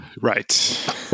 Right